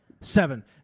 seven